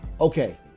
Okay